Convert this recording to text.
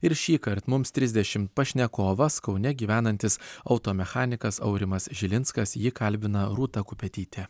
ir šįkart mums trisdešimt pašnekovas kaune gyvenantis auto mechanikas aurimas žilinskas jį kalbina rūta kupetytė